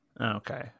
Okay